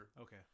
okay